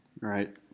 Right